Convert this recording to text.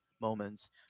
Moments